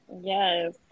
Yes